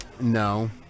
No